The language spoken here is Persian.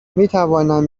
میتوانم